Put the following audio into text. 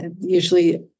usually